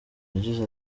yagize